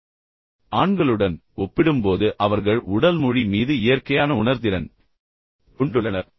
எனவே ஆண்களுடன் ஒப்பிடும்போது அவர்கள் உடல் மொழி மீது இயற்கையான உணர்திறன் கொண்டுள்ளனர்